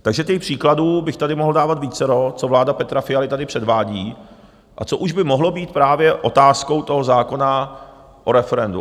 Takže těch příkladů bych tady mohl dávat vícero, co vláda Petra Fialy tady předvádí a co už by mohlo být právě otázkou zákona o referendu.